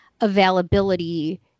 availability